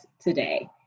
Today